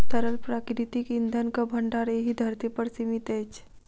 तरल प्राकृतिक इंधनक भंडार एहि धरती पर सीमित अछि